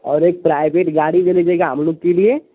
और एक प्राइवेट गाड़ी ले लिजीएगा हम लोग के लिए